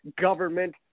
government